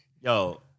Yo